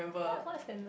what what sentence